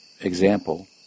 example